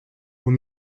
aux